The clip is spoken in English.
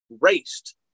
raced